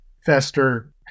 fester